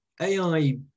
AI